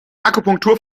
akupunktur